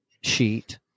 sheet